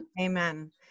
Amen